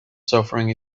suffering